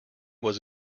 was